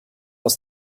aus